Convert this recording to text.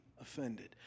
offended